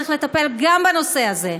צריך לטפל גם בנושא הזה,